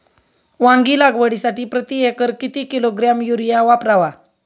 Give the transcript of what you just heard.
वांगी लागवडीसाठी प्रती एकर किती किलोग्रॅम युरिया वापरावा?